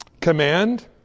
command